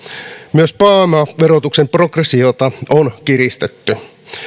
myös pääomaverotuksen progressiota on kiristetty